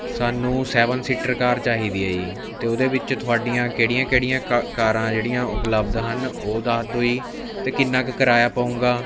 ਸਾਨੂੰ seven seater car ਚਾਹੀਦੀ ਹੈ ਜੀ ਅਤੇ ਉਹਦੇ ਵਿੱਚ ਤੁਹਾਡੀਆਂ ਕਿਹੜੀਆਂ ਕਿਹੜੀਆਂ ਕਾ ਕਾਰਾਂ ਜਿਹੜੀਆਂ ਉਪਲਬਧ ਹਨ ਉਹ ਦੱਸ ਦਿਉ ਜੀ ਅਤੇ ਕਿੰਨਾ ਕੁ ਕਿਰਾਇਆ ਪਊਗਾ